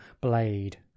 blade